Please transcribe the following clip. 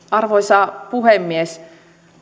arvoisa puhemies